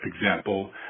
example